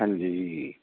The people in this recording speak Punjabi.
ਹਾਂਜੀ ਜੀ